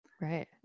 right